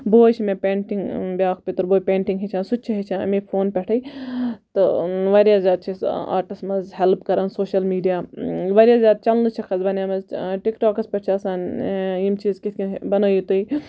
بوے چھُ مےٚ پینٹِنٛگ بیاکھ پِتُر بوے پینٹِنٛگ ہیٚچھان سُہ تہِ چھُ ہیٚچھان امے فون پیٚٹھے تہٕ واریاہ زیاد چھِ أسۍ آٹَس مَنٛز ہیٚلپ کَران سوشَل میٖڈیا واریاہ زیاد چَنلہٕ چھَکھ آز بَنامژٕ ٹِک ٹاکَس پیٚٹھ چھِ آسان یِم چیٖز کِتھ کنۍ بَنٲوِو تُہۍ